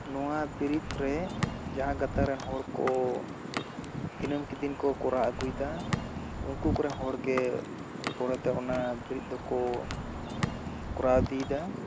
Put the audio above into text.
ᱱᱚᱣᱟ ᱵᱤᱨᱤᱫ ᱨᱮ ᱡᱟᱦᱟᱸ ᱜᱟᱛᱟᱠ ᱨᱮᱱ ᱦᱚᱲ ᱠᱚ ᱫᱤᱱᱟᱹᱢ ᱫᱤᱱ ᱠᱚᱨᱟᱣ ᱟᱹᱜᱩᱭᱮᱫᱟ ᱩᱱᱠᱩ ᱠᱚᱨᱮᱱ ᱦᱚᱲ ᱜᱮ ᱯᱚᱨᱮ ᱛᱮ ᱚᱱᱟ ᱵᱤᱨᱤᱫ ᱫᱚ ᱠᱚ ᱠᱚᱨᱟᱣ ᱤᱫᱤᱭᱮᱫᱟ